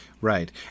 Right